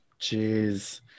Jeez